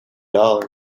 dollars